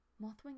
Mothwing